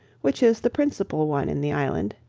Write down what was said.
which is the principal one in the island,